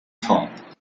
hope